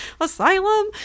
asylum